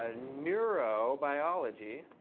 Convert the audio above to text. ah neurobiology.